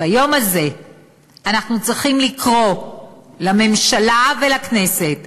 ביום הזה אנחנו צריכים לקרוא לממשלה ולכנסת